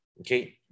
okay